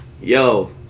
yo